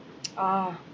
ah